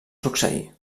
succeir